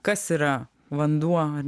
kas yra vanduo ar